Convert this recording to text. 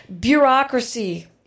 Bureaucracy